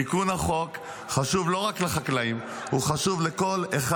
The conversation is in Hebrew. תיקון החוק חשוב לא רק לחקלאים, הוא חשוב לכל אחד